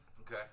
Okay